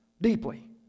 Deeply